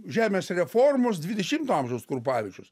žemės reformos dvidešimto amžiaus krupavičius